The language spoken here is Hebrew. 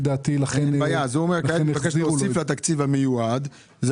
היה תיקון של